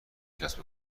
کسب